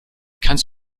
kannst